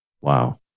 Wow